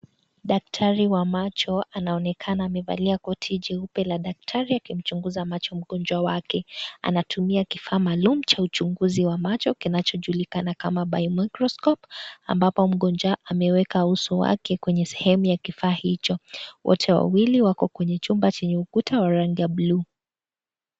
Daktari wa macho anaonekana akiwa amevalia koti jeupe la daktari akimchunguza macho mgonjwa wake, akitumia lifaa maalum cha uchunguzi wa macho kinacho julikana kama, (cs)biomicroscope(cs), ambapo mgonjwa uso wale kwenye sehemu ya kifaa hicho, wote wawili wako kwenye chumba cha ukuta wa rangi ya (cs)blue(cs).